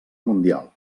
mundial